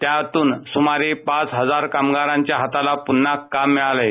त्यातून सुमारे पाच हजार कामगारांच्या हाताला पुन्हा काम मिळालंय